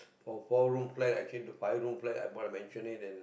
from four room flat I change to five room flat I bought and mansionette it and